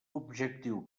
objectiu